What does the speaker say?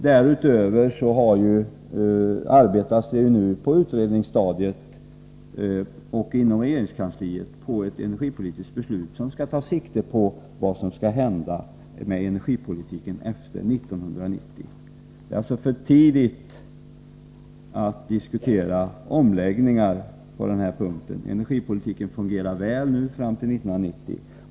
Därutöver arbetas det nu i utredningar och inom regeringskansliet på ett energipolitiskt beslut, som skall ta sikte på vad som skall hända med energipolitiken efter 1990. Det är alltså för tidigt att diskutera omläggningar på denna punkt. Energipolitiken fungerar väl fram till 1990.